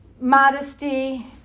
modesty